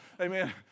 amen